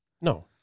No